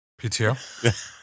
PTO